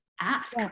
ask